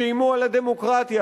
שאיימו על הדמוקרטיה,